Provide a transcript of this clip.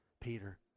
Peter